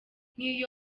nk’iyo